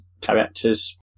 characters